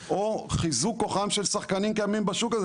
או חיזוק כוחם של שחקנים קיימים בשוק הזה.